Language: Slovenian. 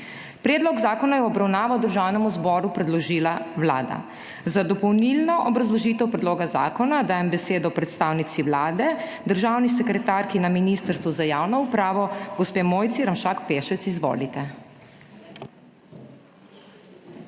Predlog zakona je v obravnavo Državnemu zboru predložila Vlada. Za dopolnilno obrazložitev predloga zakona dajem besedo predstavnici Vlade, državni sekretarki na Ministrstvu za javno upravo, gospe Mojci Ramšak Pešec. Izvolite.